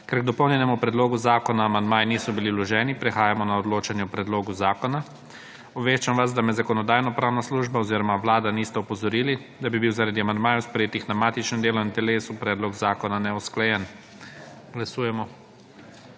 Ker k dopolnjenemu predlogu zakona amandmaji niso bili vloženi prehajamo na odločanje o predlogu zakona. Obveščam vas, da me Zakonodajno-pravna služba oziroma Vlada nista opozorili, da bi bil zaradi amandmajev sprejetih na matičnem delovnem telesu predlog zakona neusklajen. Glasujemo.